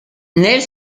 nel